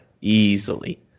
Easily